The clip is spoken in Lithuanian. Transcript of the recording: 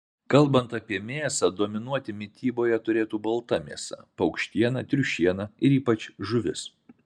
kalbant apie mėsą dominuoti mityboje turėtų balta mėsa paukštiena triušiena ir ypač žuvis